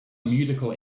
musical